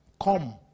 Come